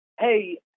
hey